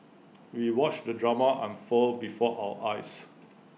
we watched the drama unfold before our eyes